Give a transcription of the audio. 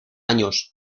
años